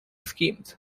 schemes